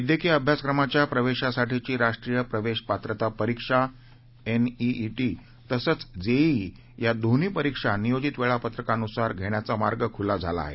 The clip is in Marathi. वैद्यकीय अभ्यासक्रमाच्या प्रवेशासाठीची राष्ट्रीय प्रवेश पात्रता परीक्षा एनईईटी तसंच जेईई या दोन्ही परीक्षा नियोजित वेळापत्रकानुसार घेण्याचा मार्ग खुला झाला आहे